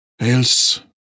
Else